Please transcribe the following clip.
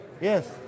Yes